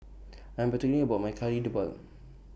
I'm particular about My Kari Debal